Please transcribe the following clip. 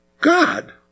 God